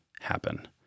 happen